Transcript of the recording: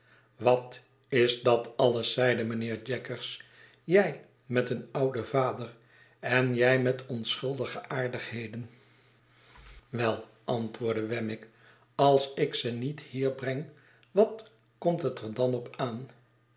wat is dat alles zeide mijnheer jaggers lij met een ouden vader en jij met onschuidige aardigheden wei i antwoordde wemmick als ik ze niet hier breng wat komt het er dan op aan